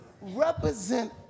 represent